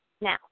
now